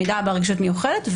"מידע בעל רגישות מיוחדת",